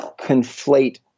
conflate